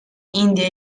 india